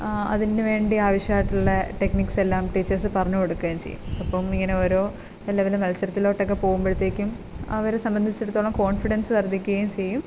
ആ അതിനുവേണ്ടി ആവശ്യമായിട്ടുള്ള ടെക്നിക്സ് എല്ലാം ടീച്ചേഴ്സ് പറഞ്ഞ് കൊടുക്കുവേം ചെയ്യും അപ്പം ഇങ്ങനെ ഓരോ ലെവൽ മത്സരത്തിലോട്ടൊക്കെ പോവുമ്പോഴത്തേക്കും അവരെ സംബന്ധിച്ചിടത്തോളം കോൺഫിഡൻസ് വർദ്ധിക്കുകയും ചെയ്യും